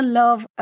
love